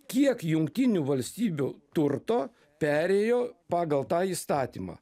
kiek jungtinių valstybių turto perėjo pagal tą įstatymą